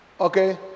Okay